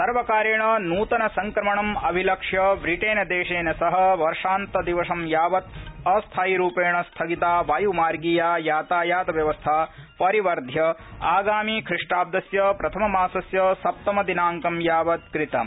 सर्वकारेण नूतन संक्रमणम् अभिलक्ष्य ब्रिटेन देशेन सह वर्षान्तदिवसं यावत् अस्थायीरुपेण स्थगिता वाय्मार्गीया यातायातव्यवस्था परिवर्ध्य आगामी खिष्टाब्दस्य प्रथममासस्य सप्तमदिनांक यावत् कृतम्